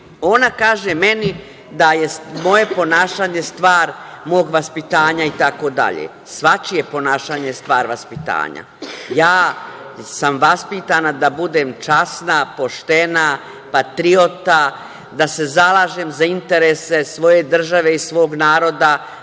kaže meni da je moje ponašanje stvar mog vaspitanja itd. Svačije ponašanje je stvar vaspitanja. Ja sam vaspitana da budem časna, poštena, patriota, da se zalažem za interese svoje države i svog naroda